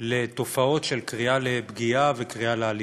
לתופעות של קריאה לפגיעה וקריאה לאלימות,